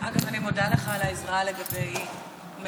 אגב, אני מודה לך על העזרה לגבי מ'.